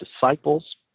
disciples